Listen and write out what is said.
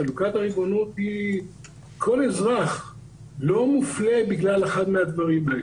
חלוקת הריבונות היא כל אזרח לא מופלה בגלל אחד מהדברים האלה.